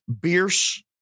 Bierce